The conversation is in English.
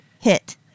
hit